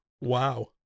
Wow